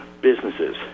businesses